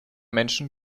menschen